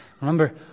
Remember